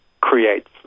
creates